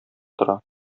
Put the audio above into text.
тора